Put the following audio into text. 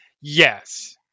Yes